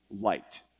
light